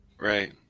right